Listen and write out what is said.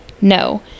no